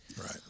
Right